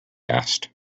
asked